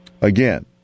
again